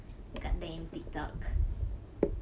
nak main TikTok